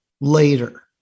later